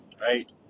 right